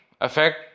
effect